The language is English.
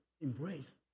embrace